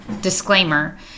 disclaimer